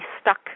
stuck